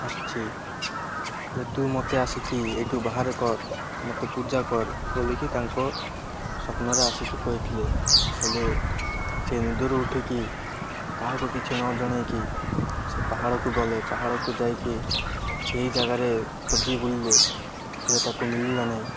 ଆସିଛି ଯେ ତୁ ମୋତେ ଆସିକି ଏଇଠୁ ବାହାରେ କର ମତେ ପୂଜା କର ବୋଲିକରି ତାଙ୍କ ସ୍ୱପ୍ନରେ ଆସିକି କହିଥିଲେ ହେଲେ ସେ ନିଦରୁ ଉଠିକି କାହାକୁ କିଛି ନ ଜଣାଇକି ସେ ପାହାଡ଼କୁ ଗଲେ ପାହାଡ଼କୁ ଯାଇକି ସେହି ଜାଗାରେ ଖୋଜି ବୁଲିଲେ ହେଲେ ତାକୁ ମଳିଲା ନାହିଁ